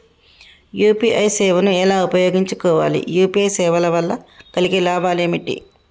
UPI సేవను ఎలా ఉపయోగించు కోవాలి? యూ.పీ.ఐ సేవల వల్ల కలిగే లాభాలు ఏమిటి?